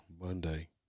Monday